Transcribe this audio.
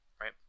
right